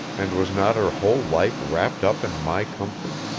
and was not her whole life wrapped up in my comfort?